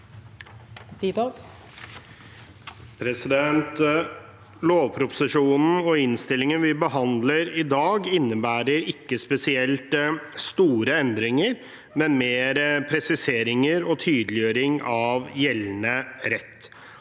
sa- ken): Lovproposisjonen og innstillingen vi behandler i dag, innebærer ikke spesielt store endringer, men mer presiseringer og tydeliggjøring av gjeldende rett.